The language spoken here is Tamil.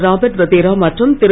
ராபட் வத்ரா மற்றும் திரு